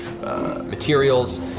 materials